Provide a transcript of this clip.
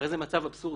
זה מצב אבסורדי.